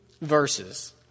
verses